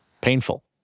painful